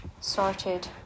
sorted